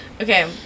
Okay